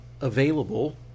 available